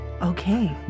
Okay